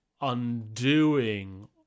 undoing